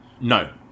No